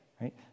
right